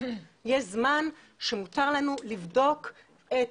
יש זמן שמותר לנו לבדוק את